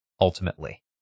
ultimately